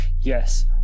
Yes